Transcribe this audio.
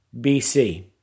BC